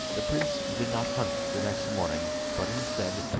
the prince did not hunt the next morning, but, instead,